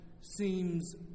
seems